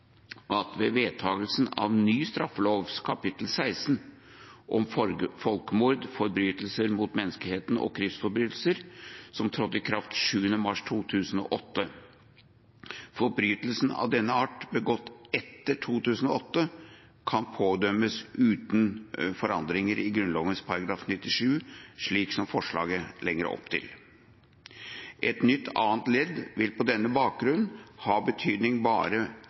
at vedtagelsen av ny straffelov kapittel 16 om folkemord, forbrytelse mot menneskeheten og krigsforbrytelse, som trådte i kraft 7. mars 2008, innebærer at forbrytelser av denne art begått etter 2008, kan pådømmes uten forandringer i Grunnloven § 97, slik som forslaget legger opp til. Et nytt annet ledd vil på denne bakgrunn ha betydning bare